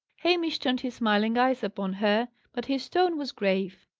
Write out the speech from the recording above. hamish turned his smiling eyes upon her, but his tone was grave.